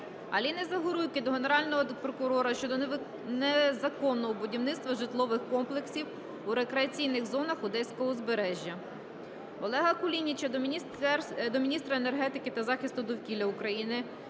Аліни Загоруйко до Генерального прокурора щодо незаконного будівництва житлових комплексів у рекреаційних зонах одеського узбережжя. Олега Кулініча до міністра енергетики та захисту довкілля України,